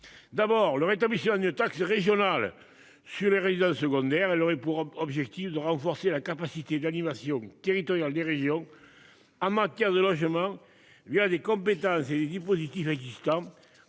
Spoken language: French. D'abord le rétablissement une taxe régionale sur les résidences secondaires, elles auraient pour objectif de renforcer la capacité d'animation territoriale des rayons. En matière de logement. Il y a des compétences et des dispositifs existants